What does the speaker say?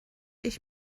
ich